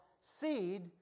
seed